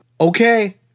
okay